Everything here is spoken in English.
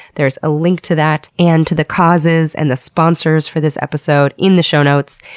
there's a link to that, and to the causes, and the sponsors for this episode in the show notes.